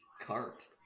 cart